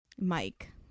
Mike